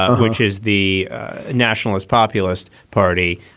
which is the nationalist populist party.